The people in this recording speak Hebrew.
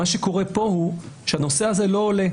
מה שקורה פה הוא שהנושא הזה לא עולה.